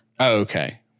Okay